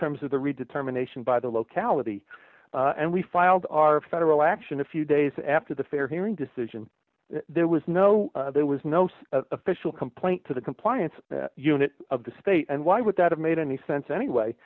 terms of the redetermination by the locality and we filed our federal action a few days after the fair hearing decision there was no there was no such official complaint to the compliance unit of the state and why would that have made any sense anyway